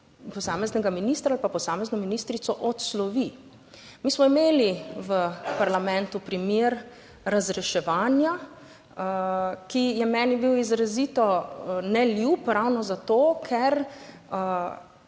posameznega ministra ali pa posamezno ministrico odslovi. Mi smo imeli v parlamentu primer razreševanja, ki je meni bil izrazito neljub ravno zato, ker